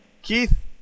Keith